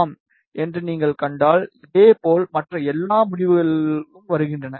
ஆம் என்று நீங்கள் கண்டால் இதேபோல் மற்ற எல்லா முடிவுகளும் வருகின்றன